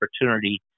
opportunity